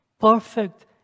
perfect